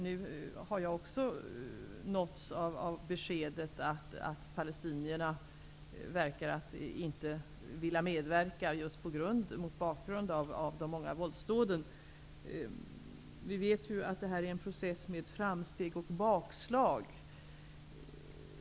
Jag har nu också nåtts av beskedet att palestinierna inte ser ut att vilja medverka just mot bakgrund av de många våldsdåden. Vi vet att detta är en process med framsteg och bakslag.